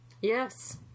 Yes